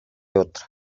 otra